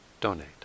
donate